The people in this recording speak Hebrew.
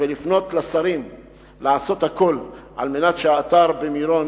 ולפנות אל השרים לעשות הכול על מנת שהאתר במירון